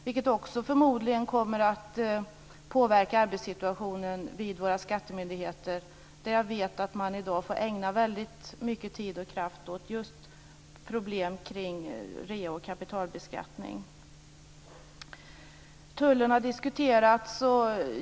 Det kommer förmodligen också att påverka arbetssituationen vid våra skattemyndigheter, där jag vet att man i dag får ägna mycket tid och kraft åt just problem kring rea och kapitalbeskattning. Tullen har diskuterats.